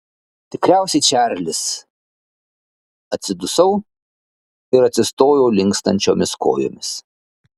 tikriausiai čarlis atsidusau ir atsistojau linkstančiomis kojomis